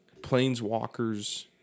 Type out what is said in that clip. planeswalkers